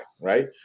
right